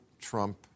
Trump